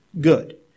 good